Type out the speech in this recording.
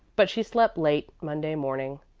but she slept late monday morning,